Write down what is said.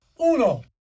Uno